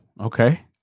Okay